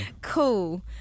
Cool